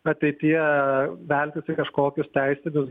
ateityje veltis į kažkokius teisinius